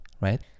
right